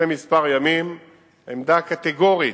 עמדה קטגורית,